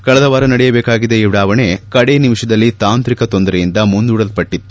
ಕಳೆದ ವಾರ ನಡೆಯಬೇಕಾಗಿದ್ದ ಈ ಉಡಾವಣೆ ಕಡೆ ನಿಮಿಷದಲ್ಲಿ ತಾಂತ್ರಿಕ ತೊಂದರೆಯಿಂದ ಮುಂದೂಡಲ್ಪಟ್ಟತ್ತು